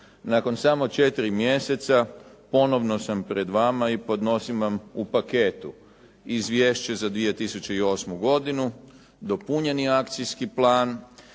Nakon samo 4 mjeseca ponovno sam pred vama i podnosim vam u paketu Izvješće za 2008. godinu, dopunjeni akcijski plan